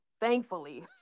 Thankfully